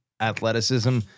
athleticism